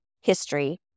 history